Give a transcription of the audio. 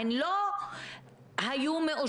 אני לא נציגת מנח"י.